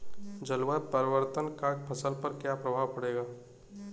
जलवायु परिवर्तन का फसल पर क्या प्रभाव पड़ेगा?